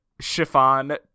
Chiffon